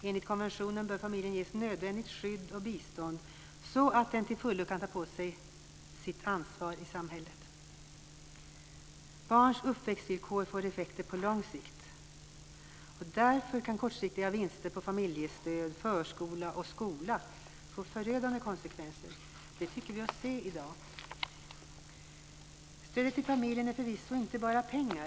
Enligt konventionen bör familjen ges nödvändigt skydd och bistånd så att den till fullo kan ta på sig sitt ansvar i samhället. Barns uppväxtvillkor får effekter på lång sikt. Därför kan kortsiktiga vinster på familjestöd, förskola och skola få förödande konsekvenser. Det tycker vi oss se i dag. Stödet till familjen är förvisso inte bara pengar.